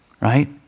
right